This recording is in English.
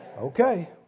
Okay